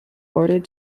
ordered